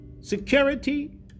security